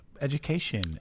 education